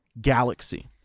galaxy